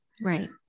Right